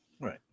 Right